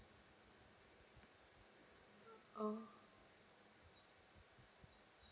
oh